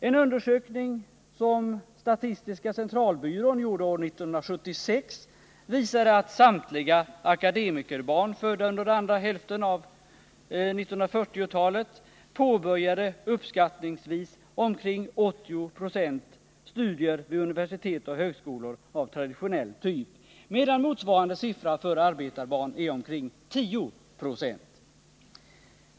En undersökning som statistiska centralbyrån gjorde år 1976 visade att av samtliga akademikerbarn, födda under andra hälften av 1940-talet, påbörjade uppskattningsvis omkring 80 26 studier vid universitet och högskolor av traditionell typ, medan motsvaranade siffra för arbetarbarn är omkring 10 90.